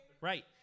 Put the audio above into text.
Right